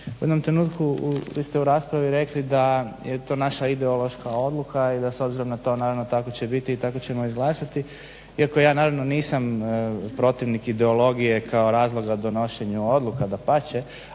u jednom trenutku, vi ste u raspravi rekli da je to naša ideološka odluka i da s obzirom na to naravno tako će biti i tako ćemo izglasati. Iako ja naravno nisam protivnik ideologije kao razloga donošenju odluka, dapače,